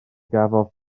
gafodd